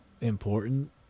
important